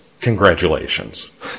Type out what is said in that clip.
Congratulations